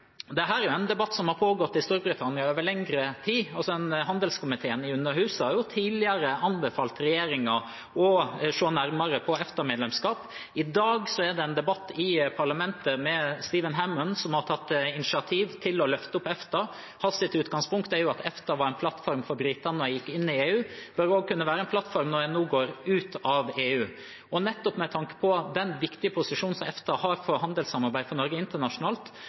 er en debatt som har pågått i Storbritannia over lengre tid. Handelskomiteen i Underhuset har jo tidligere anbefalt regjeringen å se nærmere på EFTA-medlemskap. I dag er det en debatt i parlamentet med Stephen Hammond, som har tatt initiativ til å løfte fram EFTA. Hans utgangspunkt er at EFTA var en plattform for britene da de gikk inn i EU, og også bør kunne være en plattform når de nå går ut av EU. Nettopp med tanke på den viktige posisjonen EFTA har for handelssamarbeid for Norge internasjonalt